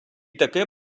таке